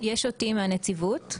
יש אותי, מהנציבות.